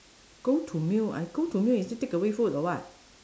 go to meal I go to meal is t~ takeaway food or what